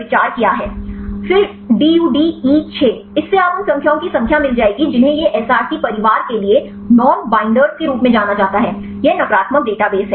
फिर DUD E 6 इससे आपको उन संख्याओं की संख्या मिल जाएगी जिन्हें ये Src परिवार के लिए नॉन बाइंडर के रूप में जाना जाता है ये नकारात्मक डेटाबेस हैं